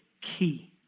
key